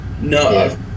no